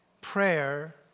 prayer